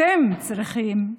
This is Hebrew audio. אתם צריכים,